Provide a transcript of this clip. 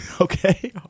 Okay